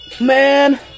Man